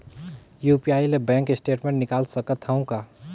UPI ले bank statement निकाल सकत हवं का?